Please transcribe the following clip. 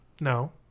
No